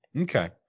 Okay